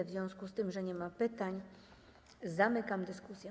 W związku z tym, że nie ma pytań, zamykam dyskusję.